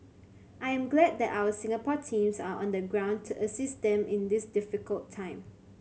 I am glad that our Singapore teams are on the ground to assist them in this difficult time